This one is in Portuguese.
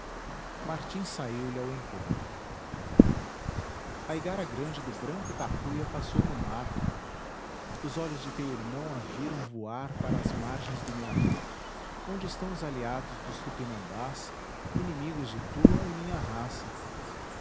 tristeza martim saiu-lhe ao encontro a igara grande do branco tapuia passou no mar os olhos de teu irmão a viram voar para as margens do mearim onde estão os aliados dos tupinambás inimigos de tua e minha raça